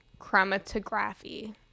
chromatography